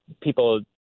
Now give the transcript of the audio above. people